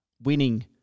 winning